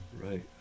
right